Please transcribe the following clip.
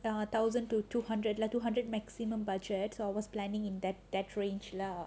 a thousand to two hundred lah two hundred maximum budget so I was planning in that range lah